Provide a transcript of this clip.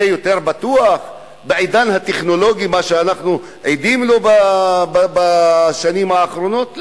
זה יותר בטוח בעידן הטכנולוגי שאנחנו עדים לו בשנים האחרונות?